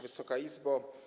Wysoka Izbo!